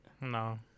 No